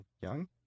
young